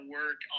work